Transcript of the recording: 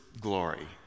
glory